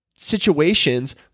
Situations